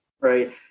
right